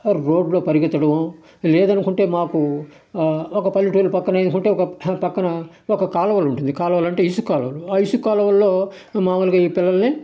రోడ్లో పరిగెత్తడమో లేదనుకుంటే మాకు ఒక పల్లెటూరు పక్కనేసుకుంటే పక్కన ఒక కాలువలు ఉంటుంది కాలువలు అంటే ఇసుక కాలువలు ఆ ఇసుక్కాలువలలో మాములుగా ఈ పిల్లలని